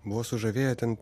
buvo sužavėjo ten